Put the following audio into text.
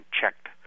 checked